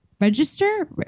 Register